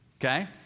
Okay